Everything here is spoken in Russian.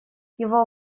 его